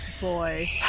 boy